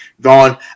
gone